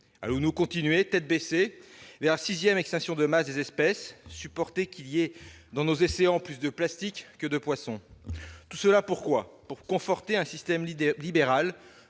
Allons-nous continuer d'avancer, tête baissée, vers la sixième extinction de masse des espèces et de supporter qu'il y ait dans nos océans plus de plastique que de poisson ? Et pourquoi tout cela ? Pour conforter un système libéral